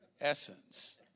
essence